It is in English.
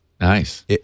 Nice